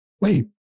Wait